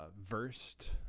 versed